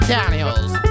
Daniels